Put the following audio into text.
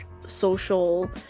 social